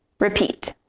repeat.